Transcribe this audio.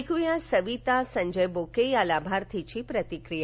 ऐक् या सविता संजय बोके या लाभार्थीची प्रतिक्रिया